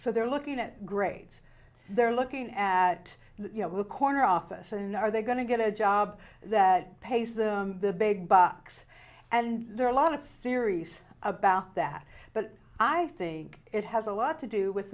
so they're looking at grades they're looking at you know a corner office and are they going to get a job that pays them the big bucks and there are a lot of theories about that but i think it has a lot to do with